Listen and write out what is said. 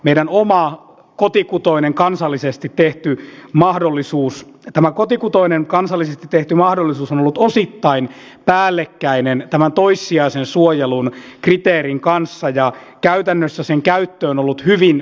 meidän oma kotikutoinen kansallisesti tehty mahdollisuus oma kotikutoinen kansallisesti tehty mahdollisuutemme on ollut osittain päällekkäinen tämän toissijaisen suojelun kriteerin kanssa ja käytännössä sen käyttö on ollut hyvin vähäinen